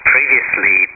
Previously